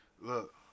Look